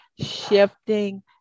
shifting